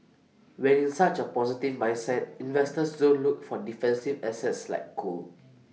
when in such A positive mindset investors don't look for defensive assets like gold